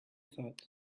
thought